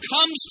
comes